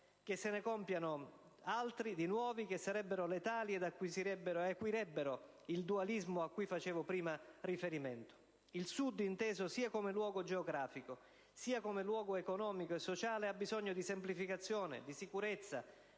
che se ne compiano di nuovi, che sarebbero letali ed acuirebbero il dualismo cui facevo prima riferimento. Il Sud, inteso sia come luogo geografico, sia come luogo economico e sociale, ha bisogno di semplificazione, di sicurezza,